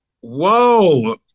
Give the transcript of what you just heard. Whoa